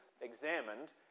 examined